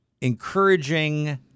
encouraging